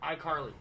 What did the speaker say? iCarly